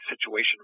Situation